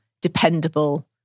dependable